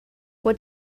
what